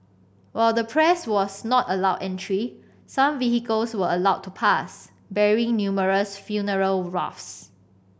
while the press was not allowed entry some vehicles were allowed to pass bearing numerous funeral wreaths